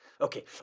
Okay